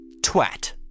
Twat